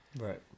Right